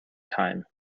time